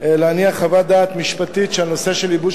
להניח חוות דעת משפטית שהנושא של ייבוש